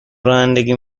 رانندگی